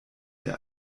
der